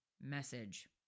message